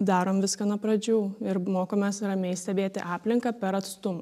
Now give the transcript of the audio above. darom viską nuo pradžių ir mokomės ramiai stebėti aplinką per atstumą